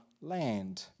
land